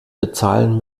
bezahlen